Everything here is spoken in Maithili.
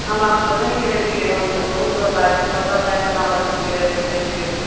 हमरा सब तऽ नहि गिरेलियै हम तऽ बहुत डर लागै छै बतायल जाए केना गिरेबै नहि गिरेबै